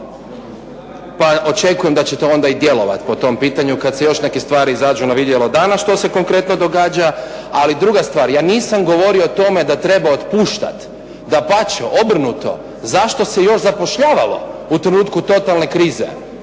Pa očekujem da ćete onda i djelovati po tom pitanju, kad se još neke stvari izađu na vidjelo, danas što se konkretno događa. Ali druga stvar, ja nisam govorio o tome da treba otpuštati. Dapače, obrnuto, zašto se još zapošljavalo u trenutku totalne krize?